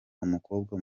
umukobwa